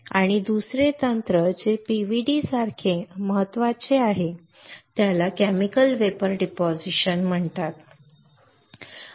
आणि दुसरे तंत्र जे PVD सारखे महत्वाचे आहे त्याला केमिकल वेपर डिपॉझिशन म्हणतात ना